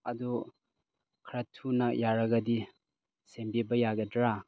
ꯑꯗꯤ ꯈꯔ ꯊꯨꯅ ꯌꯥꯔꯒꯗꯤ ꯁꯦꯝꯕꯤꯕ ꯌꯥꯒꯗ꯭ꯔꯥ